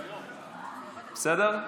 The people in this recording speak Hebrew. בסדר?